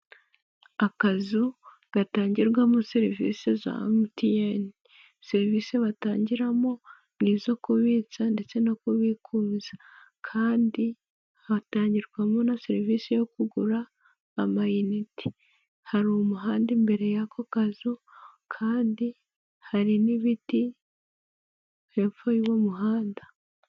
Akazu gatangirwamo serivisi za MTN, serivisi batangiramo ni izo kubitsa ndetse no kubikuza, kandi hatangirwamo na serivisi yo kugura amayinite, hari umuhanda imbere y'ako kazu, kandi hari n'ibiti hepfo y'uwo muhanda.